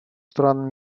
стран